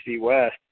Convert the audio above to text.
West